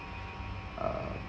uh